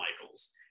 Michaels